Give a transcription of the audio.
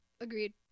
Agreed